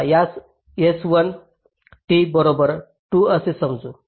चला त्यास s1 t बरोबर 2 असे समजू